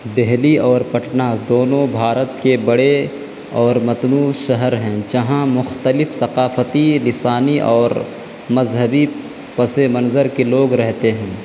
دلی اور پٹنہ دونوں بھارت کے بڑے اور متنوع شہر ہیں جہاں مختلف ثقافتی لسانی اور مذہبی پس منظر کے لوگ رہتے ہیں